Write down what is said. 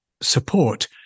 support